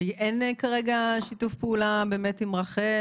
אין כרגע שיתוף פעולה עם רח"ל,